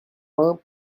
vingt